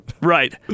Right